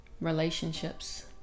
relationships